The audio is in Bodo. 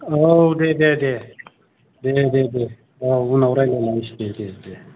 औ दे दे दे दे दे दे उनाव रायलायबावसै दे दे दे